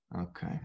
Okay